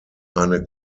eine